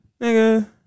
Nigga